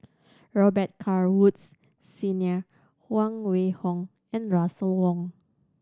Robet Carr Woods Senior Huang Wenhong and Russel Wong